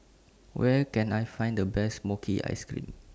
Where Can I Find The Best Mochi Ice Cream